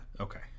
Okay